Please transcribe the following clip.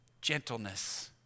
gentleness